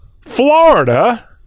Florida